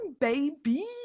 baby